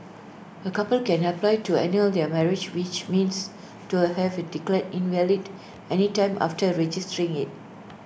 A couple can apply to annul their marriage which means to have IT declared invalid any time after registering IT